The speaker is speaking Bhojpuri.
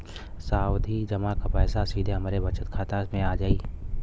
सावधि जमा क पैसा सीधे हमरे बचत खाता मे आ जाई?